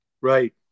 right